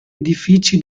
edifici